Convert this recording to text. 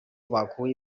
bakuye